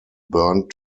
burned